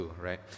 right